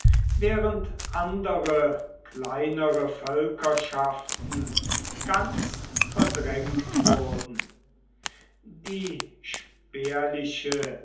während andere kleinere völkerschaften ganz verdrängt wurden die